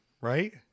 right